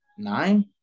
nine